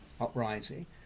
uprising